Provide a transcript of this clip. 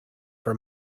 for